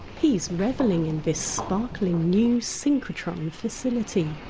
he's revelling in this sparkling new synchrotron facility.